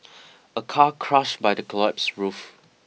a car crushed by the collapsed roof